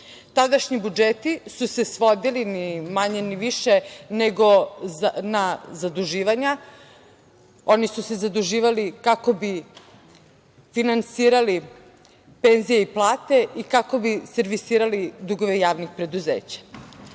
Tadašnji budžeti su se svodili ni manje ni više nego na zaduživanja. Oni su se zaduživali kako bi finansirali penzije i plate i kako bi servisirali dugove javnih preduzeća. Članovi